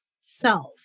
self